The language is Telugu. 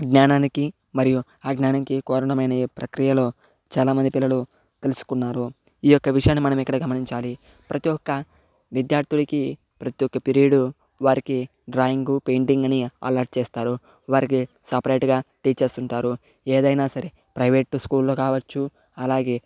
జ్ఞానానికి మరియు అజ్ఞానంకి కారణమైన ప్రక్రియలో చాలామంది పిల్లలు తెలుసుకున్నారు ఈ యొక్క విషయాన్ని మనం ఇక్కడ గమనించాలి ప్రతి ఒక్క విద్యార్థులకి ప్రతి ఒక్క పిరియడు వారికి డ్రాయింగు పెయింటింగ్ అని అలర్ట్ చేస్తారు వారికి సపరేట్ గా టీచర్స్ ఉంటారు ఏదైనా సరే ప్రైవేట్ స్కూల్ లో కావచ్చు అలాగే